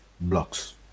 blocks